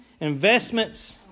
Investments